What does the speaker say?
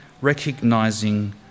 recognizing